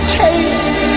taste